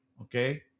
Okay